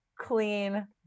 clean